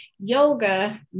yoga